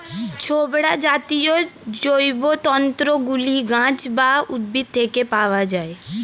ছোবড়া জাতীয় জৈবতন্তু গুলি গাছ বা উদ্ভিদ থেকে পাওয়া যায়